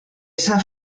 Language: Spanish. esa